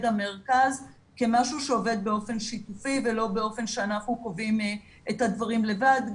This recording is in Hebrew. המרכז כמשהו שעובד באופן שיתופי ולא באופן שאנחנו קובעים את הדברים לבד,